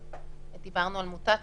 כשדיברנו על מוטציות,